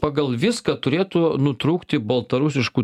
pagal viską turėtų nutrūkti baltarusiškų